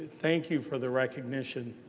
thank you for the recognition.